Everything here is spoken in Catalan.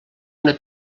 una